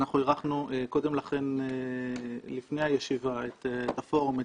אנחנו אירחנו קודם לכן לפני הישיבה את הפורום,